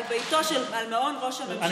על מעון ראש הממשלה ברחוב בלפור.